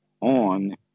on